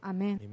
Amen